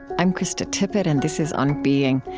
i'm krista tippett, and this is on being.